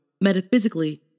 Metaphysically